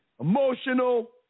emotional